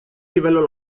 livello